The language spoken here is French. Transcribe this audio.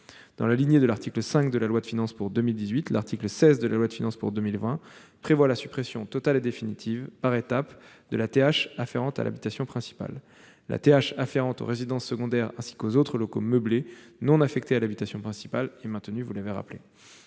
Dans la lignée de l'article 5 de la loi de finances pour 2018, l'article 16 de la loi de finances pour 2020 prévoit la suppression totale et définitive, par étapes, de la taxe d'habitation afférente à l'habitation principale. La taxe d'habitation afférente aux résidences secondaires ainsi qu'aux autres locaux meublés non affectés à l'habitation principale est donc maintenue. Sans